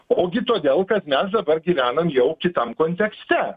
ogi todėl kad mes dabar gyvenam jau kitam kontekste